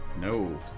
No